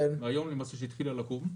מיום שהיא התחילה לקום,